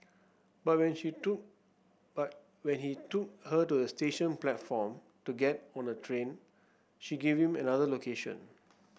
but when she took but when he took her to the station platform to get on a train she gave him another location